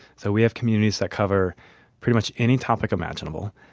so we have communities that cover pretty much any topic imaginable.